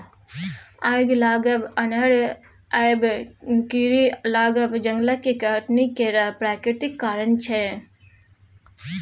आगि लागब, अन्हर आएब, कीरी लागब जंगलक कटनी केर प्राकृतिक कारण छै